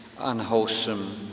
unwholesome